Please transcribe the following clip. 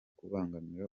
kubangamira